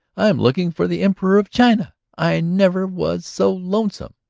i'm looking for the emperor of china. i never was so lonesome.